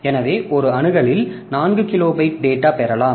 எனவே ஒரு அணுகலில் 4 கிலோ பைட் டேட்டாப் பெறலாம்